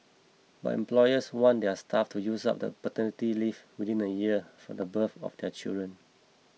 but employers want their staff to use up the paternity leave within a year from the birth of their children